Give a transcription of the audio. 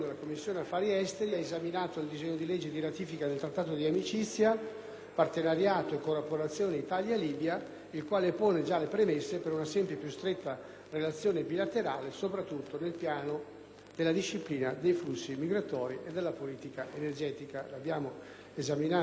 partenariato e cooperazione Italia-Libia, il quale pone già le premesse per una sempre più stretta relazione bilaterale, soprattutto sul piano della disciplina dei flussi migratori e della politica energetica. Lo abbiamo esaminato la settimana scorsa ed abbiamo sottolineato l'importanza di questo